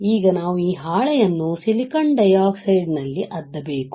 ಈಗ ನಾವು ಈ ಹಾಳೆಯನ್ನು ಸಿಲಿಕಾನ್ ಡೈಆಕ್ಸೈಡ್ ನಲ್ಲಿ ಅದ್ದಬೇಕು